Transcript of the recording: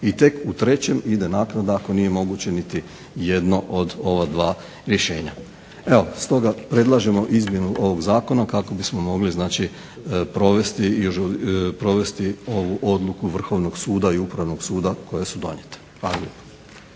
i tek u trećem ide naknada ako nije moguće niti jedno od ova dva rješenja. Evo stoga predlažemo izmjenu ovog zakona kako bismo mogli provesti ovu odluku Vrhovnog suda i Upravnog suda koje su donijete.